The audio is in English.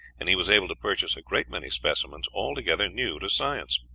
and he was able to purchase a great many specimens altogether new to science.